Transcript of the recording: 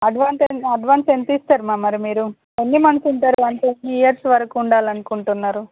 advance ఎం advance ఎంత ఇస్తారుమా మరి మీరు ఎన్ని మంత్స్ ఉంటారు అంటే ఎన్ని ఇయర్స్ వరకు ఉండాలనుకుంటున్నారు